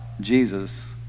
Jesus